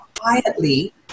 quietly